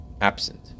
Absent